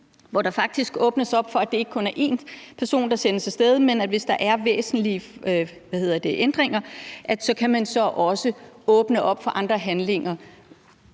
hvor der faktisk åbnes op for, at det ikke kun er én person, der sendes af sted, men at man, hvis der er væsentlige ændringer, så også kan åbne op for andre handlinger?